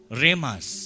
remas